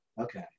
Okay